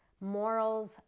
morals